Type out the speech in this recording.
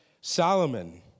Solomon